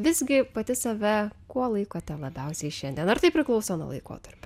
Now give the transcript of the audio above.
visgi pati save kuo laikote labiausiai šiandien ar tai priklauso nuo laikotarpio